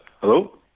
Hello